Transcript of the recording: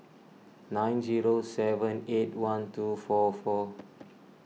nine zero seven eight one two four four